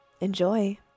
Enjoy